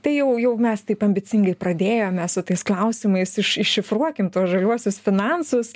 tai jau jau mes taip ambicingai pradėjome su tais klausimais iš iššifruokim tuos žaliuosius finansus